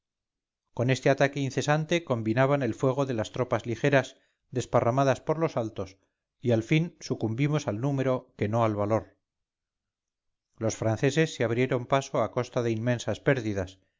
con este ataque incesante combinaban el fuego de las tropas ligeras desparramadas por los altos y al fin sucumbimos al número que no al valor los franceses se abrieron paso a costa de inmensas pérdidas